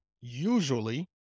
usually